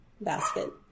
basket